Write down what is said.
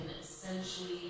essentially